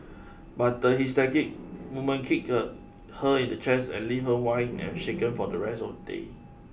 but the hysterical woman kicked her in the chest leaving her winded and shaken for the rest of the day